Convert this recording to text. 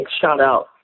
shout-out